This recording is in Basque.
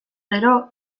gero